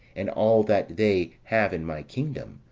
and all that they have in my kingdom,